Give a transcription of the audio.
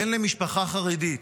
בן למשפחה חרדית.